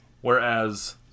Whereas